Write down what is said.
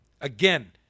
again